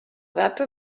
data